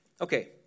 Okay